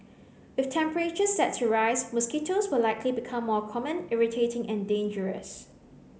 with temperatures set to rise mosquitoes will likely become more common irritating and dangerous